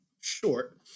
short